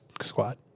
squad